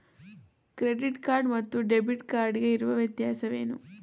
Credit card ಮತ್ತು debit card ಗೆ ಇರುವ ವ್ಯತ್ಯಾಸವೇನು?